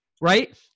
right